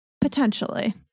potentially